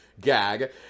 gag